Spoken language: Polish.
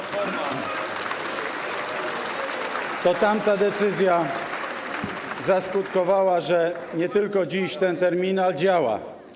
To tamta decyzja zaskutkowała tym, że nie tylko dziś ten terminal działa.